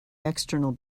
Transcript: external